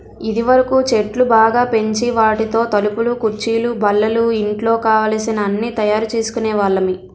ఇదివరకు చెట్లు బాగా పెంచి వాటితో తలుపులు కుర్చీలు బల్లలు ఇంట్లో కావలసిన అన్నీ తయారు చేసుకునే వాళ్ళమి